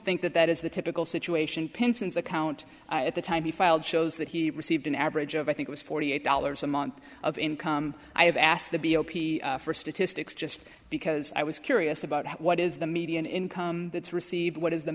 think that that is the typical situation pensions account at the time he filed shows that he received an average of i think was forty eight dollars a month of income i have asked the b o p s for statistics just because i was curious about what is the median income that's received what is the